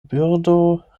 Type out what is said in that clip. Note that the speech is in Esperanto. birdo